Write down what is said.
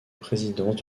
présidence